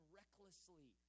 recklessly